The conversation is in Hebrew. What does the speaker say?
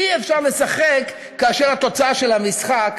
אי-אפשר לשחק כאשר התוצאה של המשחק